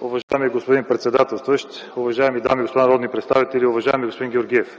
Уважаеми господин председателстващ, уважаеми дами и господа народни представители, уважаеми господин Георгиев!